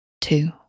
two